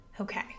Okay